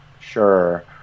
sure